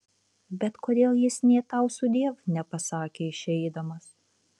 bet kodėl jis nė tau sudiev nepasakė išeidamas